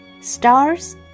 Stars